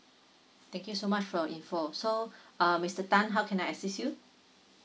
thank you so much for your info so uh mister tan how can I assist you